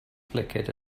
flickered